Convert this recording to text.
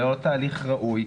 ללא תהליך ראוי,